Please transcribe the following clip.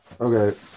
Okay